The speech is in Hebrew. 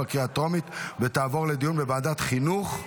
לוועדת החינוך,